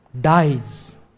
dies